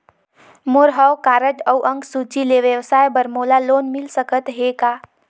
मोर हव कारड अउ अंक सूची ले व्यवसाय बर मोला लोन मिल सकत हे का?